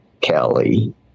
kelly